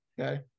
Okay